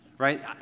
right